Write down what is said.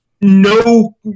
no